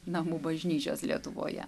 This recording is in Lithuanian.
namų bažnyčios lietuvoje